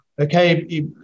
okay